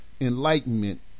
Enlightenment